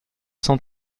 cent